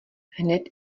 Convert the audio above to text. hned